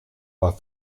war